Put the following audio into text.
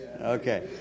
Okay